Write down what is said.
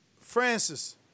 Francis